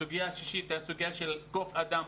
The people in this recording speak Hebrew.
הסוגיה השישית היא הסוגיה של כוח אדם.